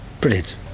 brilliant